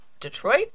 detroit